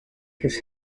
his